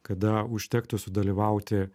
kada užtektų sudalyvauti